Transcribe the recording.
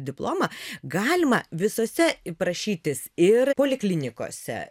diplomą galima visose prašytis ir poliklinikose